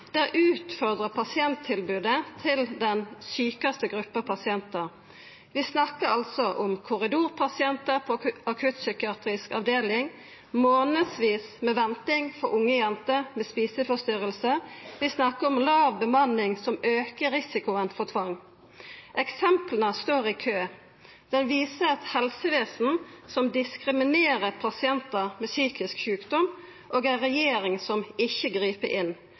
utfordrar pasienttilbodet til den sjukaste gruppa med pasientar. Vi snakkar om korridorpasientar på akuttpsykiatrisk avdeling og månadsvis med venting for unge jenter med spiseforstyrring. Vi snakkar om låg bemanning, noko som aukar risikoen for tvang. Eksempla står i kø. Dette viser eit helsevesen som diskriminerer pasientar med psykisk sjukdom, og ei regjering som ikkje grip inn.